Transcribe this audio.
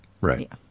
right